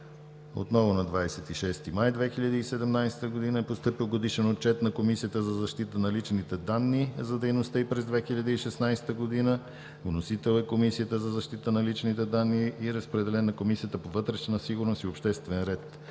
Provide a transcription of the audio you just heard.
човека. На 26 май 2017 г. е постъпил Годишен отчет на Комисията за защита на личните данни за дейността ѝ през 2016 г. Вносител е Комисията за защита на личните данни. Разпределен е на Комисията по вътрешна сигурност и обществен ред.